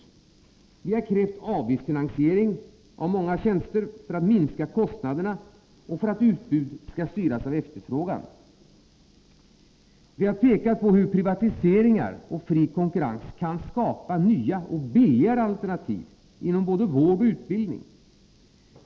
Vi har krävt avgiftsfinansiering av många tjänster, för att minska kostnaderna och för att utbud skall styras av efterfrågan. Vi har pekat på hur privatiseringar och fri konkurrens kan skapa nya och billigare alternativ inom både vård och utbildning.